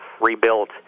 rebuilt